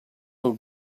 who